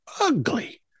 ugly